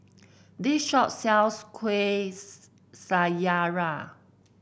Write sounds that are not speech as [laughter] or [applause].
this shop sells Kuih [unintelligible] Syara